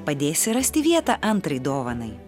padėsi rasti vietą antrai dovanai